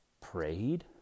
prayed